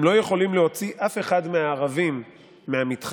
הם לא יכולים להוציא אף אחד מהערבים מהמתחם,